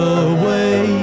away